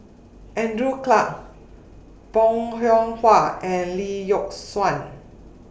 Andrew Clarke Bong Hiong Hwa and Lee Yock Suan